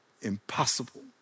Impossible